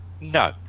No